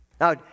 Now